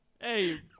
Hey